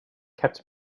kept